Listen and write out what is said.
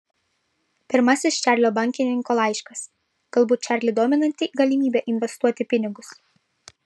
pirmasis čarlio bankininko laiškas galbūt čarlį dominanti galimybė investuoti pinigus